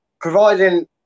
providing